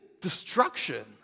destruction